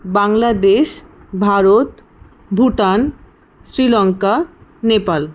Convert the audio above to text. Bangladesh Bharat Bhutan Sri Lanka Nepal